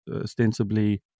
ostensibly